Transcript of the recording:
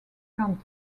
content